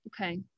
Okay